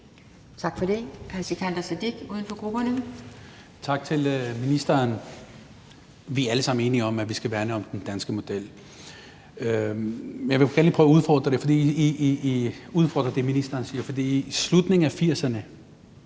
Kl. 18:24 Sikandar Siddique (UFG): Tak til ministeren. Vi er alle sammen enige om, at vi skal værne om den danske model. Jeg vil gerne lige prøve at udfordre det, ministeren siger, for i slutningen af 1980'erne